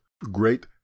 great